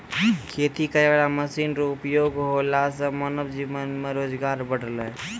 खेती करै वाला मशीन रो उपयोग होला से मानब जीवन मे रोजगार बड़लै